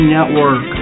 Network